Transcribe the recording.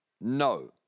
No